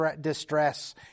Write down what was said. distress